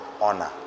honor